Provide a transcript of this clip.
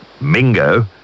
Mingo